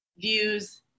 views